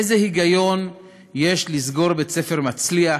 איזה היגיון יש בלסגור בית-ספר מצליח